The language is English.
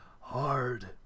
hard